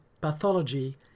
pathology